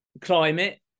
climate